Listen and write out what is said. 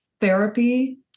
therapy